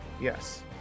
Yes